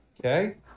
Okay